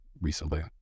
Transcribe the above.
recently